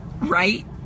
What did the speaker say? right